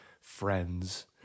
friends